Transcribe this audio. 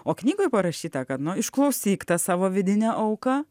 o knygoj parašyta kad nu išklausyk tą savo vidinę auką